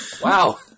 Wow